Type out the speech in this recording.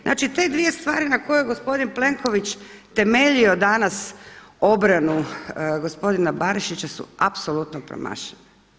Znači te dvije stvari na koje je gospodin Plenković temeljio danas obranu gospodina Barišića su apsolutno promašene.